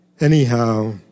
Anyhow